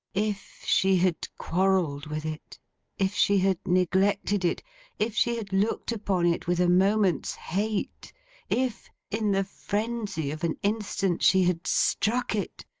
if she had quarrelled with it if she had neglected it if she had looked upon it with a moment's hate if, in the frenzy of an instant, she had struck it!